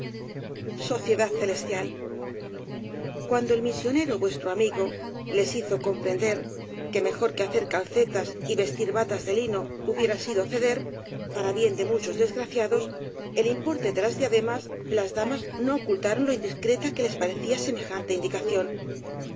sociedad celestial cuando el misionero vuestro amigo les hizo comprender que mejor que hacer calcetas y vestir batas de lino hubiera sido ceder para bien de muchos desgraciados el importe de las diademas las damas no ocultaron lo indiscreta que les parecía semejante indicación